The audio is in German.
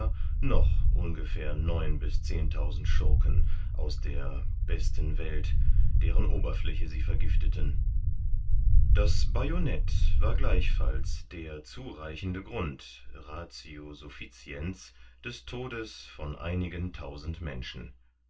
noch ungefähr neun bis zehntausend schurken aus der besten welt deren oberfläche sie vergifteten das bajonett war gleichfalls der zureichende grund ratio sufficiens des todes von einigen tausend menschen